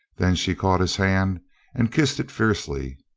then she caught his hand and kissed it fiercely.